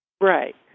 Right